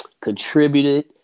contributed